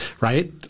right